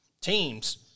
teams